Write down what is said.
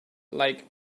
like